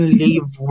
leave